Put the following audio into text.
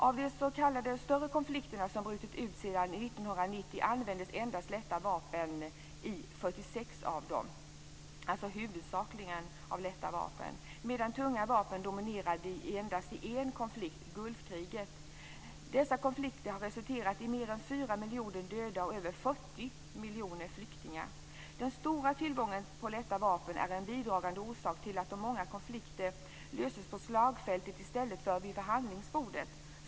Av de s.k. större konflikter som brutit ut sedan 1990 användes endast lätta vapen i 46 av dem, medan tunga vapen dominerade endast i en konflikt, i Gulfkriget. Dessa konflikter har resulterat i mer än 4 miljoner döda och över 40 miljoner flyktingar. Att det är enkelt att få tillgång till lätta vapen är en bidragande orsak till att många konflikter löses på slagfältet i stället för vid förhandlingsbordet.